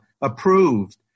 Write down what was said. approved